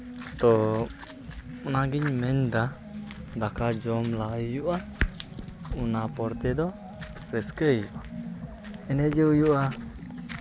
ᱛᱳ ᱚᱱᱟᱜᱤᱧ ᱢᱮᱱ ᱮᱫᱟ ᱫᱟᱠᱟ ᱡᱚᱢ ᱞᱟᱦᱟᱭ ᱦᱩᱭᱩᱜᱼᱟ ᱚᱱᱟ ᱯᱚᱨ ᱛᱮᱫᱚ ᱨᱟᱹᱥᱠᱟᱹᱭ ᱦᱩᱭᱩᱜᱼᱟ ᱮᱱᱮᱡᱚᱜ ᱦᱩᱭᱩᱜᱼᱟ